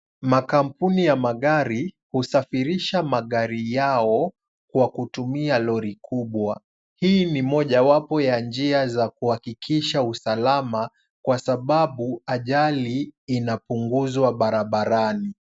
Makampuni ya magari husafirisha magari yao kwa kutumia lori kubwa. Hii ni mojawapo ya njia za kuhakikisha usalama kwa sababu ajali inapunguzwa barabarani.